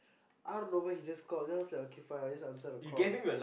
out of nowhere he just call so I was like okay fine just answer the call